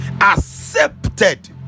accepted